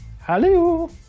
hello